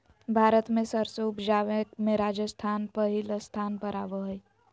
भारत मे सरसों उपजावे मे राजस्थान पहिल स्थान पर आवो हय